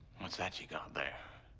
what's that you got there?